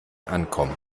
ankommen